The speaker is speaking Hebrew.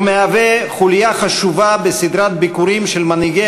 הוא מהווה חוליה חשובה בסדרת ביקורים של מנהיגי